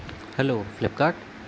hello Flipkart